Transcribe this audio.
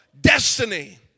destiny